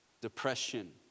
depression